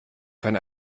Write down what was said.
kann